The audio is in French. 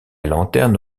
lanterne